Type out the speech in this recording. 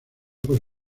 por